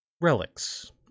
relics